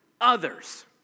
others